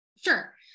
Sure